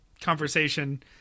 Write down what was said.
conversation